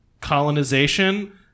colonization